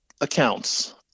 accounts